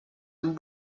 amb